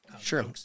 Sure